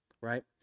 right